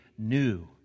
new